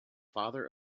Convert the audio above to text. father